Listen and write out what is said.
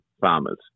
farmers